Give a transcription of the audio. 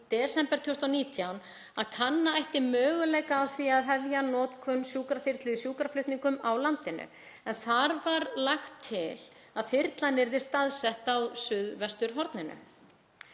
í desember 2019, að kanna ætti möguleika á því að hefja notkun sjúkraþyrlu í sjúkraflutningum á landinu en þar var lagt til að þyrlan yrði staðsett á suðvesturhorninu.